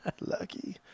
Lucky